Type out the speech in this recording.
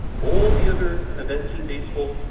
all the other events in baseball.